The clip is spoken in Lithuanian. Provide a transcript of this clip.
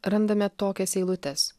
randame tokias eilutes